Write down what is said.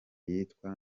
yitwa